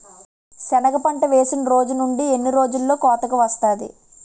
సెనగ పంట వేసిన రోజు నుండి ఎన్ని రోజుల్లో కోతకు వస్తాది?